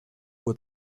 uhr